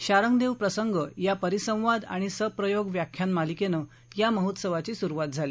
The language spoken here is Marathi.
शाङ्गदेव प्रसंग या परिसंवाद आणि सप्रयोग व्याख्यान मालिकेनं या महोत्सवाची सुरूवात झाली